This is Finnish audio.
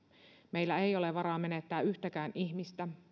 meillä ei ole varaa menettää yhtäkään ihmistä